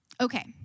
Okay